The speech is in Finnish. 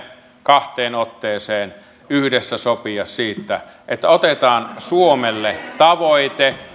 kahteen otteeseen yhdessä sopia siitä että otetaan suomelle tavoite